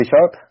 Sharp